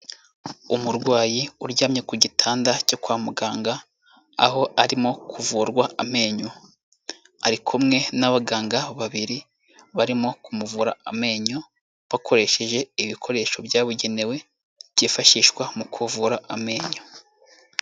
Umurwayi uryamye ku gitanda cyo kwa muganga, aho arimo kuvurwa amenyo, ari kumwe n'abaganga babiri, barimo kumuvura amenyo, bakoresheje ibikoresho byabugenewe, byifashishwa mu kuvura amenyo.